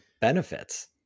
benefits